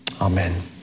Amen